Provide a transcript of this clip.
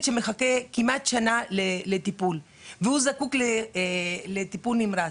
שמחכה כמעט שנה לטיפול וזקוק לטיפול נמרץ.